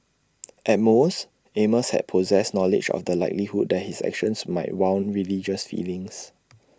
at most amos had possessed knowledge of the likelihood that his actions might wound religious feelings